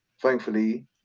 thankfully